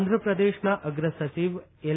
આંધ્રપ્રદેશના અગ્રસચિવ એલ